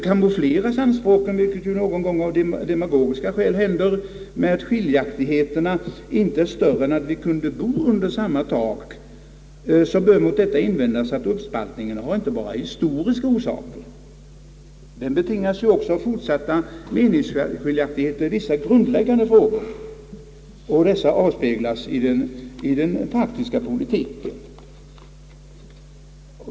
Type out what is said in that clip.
Kamoufleras anspråken — vilket någon gång av demagogiska skäl händer — med att skiljaktigheterna inte är större än att vi kunde bo under samma tak, bör mot detta invändas att splittringen har inte bara historiska orsaker, den betingas ju också av fortsatta meningsskiljaktigheter i vissa grundläggande frågor, meningsskiljaktigheter som avspeglas i den praktiska politiken.